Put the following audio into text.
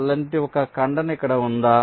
అలాంటి ఒక ఖండన ఇక్కడ ఉందా